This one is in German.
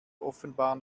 offenbar